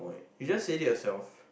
you just said it yourself